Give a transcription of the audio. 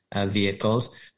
vehicles